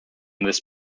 this